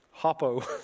Hoppo